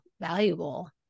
valuable